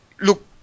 look